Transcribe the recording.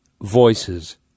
voices